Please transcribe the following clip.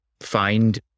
find